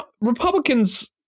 Republicans